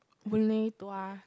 Boon-Lay Tuas